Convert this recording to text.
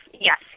yes